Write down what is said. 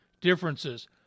differences